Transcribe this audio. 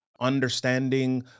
understanding